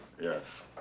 Yes